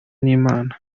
n’imana